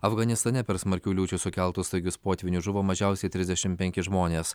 afganistane per smarkių liūčių sukeltus staigius potvynius žuvo mažiausiai trisdešimt penki žmonės